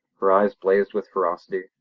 her eyes blazed with ferocity,